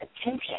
attention